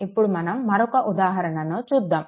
ఇప్పుడు మనం మరొక ఉదాహరణను చూద్దాము